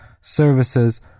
services